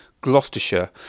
Gloucestershire